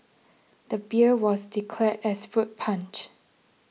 the beer was declared as fruit punch